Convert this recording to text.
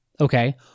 Okay